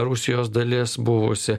rusijos dalis buvusi